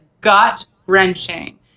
gut-wrenching